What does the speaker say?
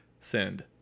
Send